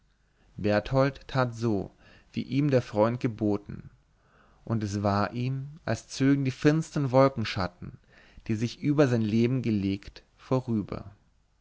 berthold tat so wie ihm der freund geboten und es war ihm als zögen die finstern wolkenschatten die sich über sein leben gelegt vorüber